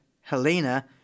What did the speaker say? Helena